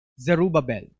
Zerubbabel